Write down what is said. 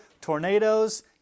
tornadoes